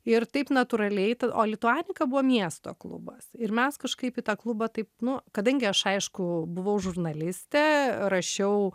ir taip natūraliai o lituanika buvo miesto klubas ir mes kažkaip į tą klubą taip nu kadangi aš aišku buvau žurnalistė rašiau